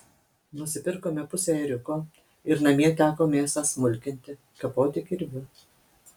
nusipirkome pusę ėriuko ir namie teko mėsą smulkinti kapoti kirviu